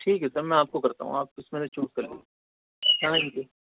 ٹھیک ہے سر میں آپ کو کرتا ہوں آپ اس میں سے چوز کر لیجیے ہاں جی